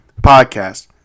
podcast